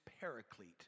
paraclete